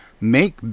make